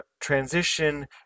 transition